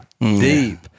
deep